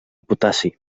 potassi